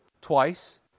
twice